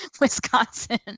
Wisconsin